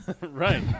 Right